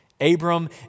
Abram